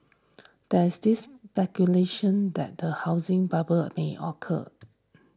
there is this speculation that a housing bubble may occur